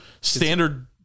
standard